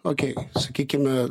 okei sakykime